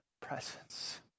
presence